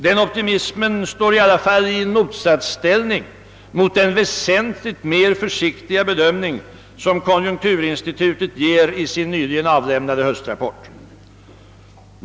Denna optimism står i alla händelser i en motsatsställning till den väsentligt mer försiktiga bedömning, som konjunkturinstitutet ger i sin nyligen avlämnade höstrapport.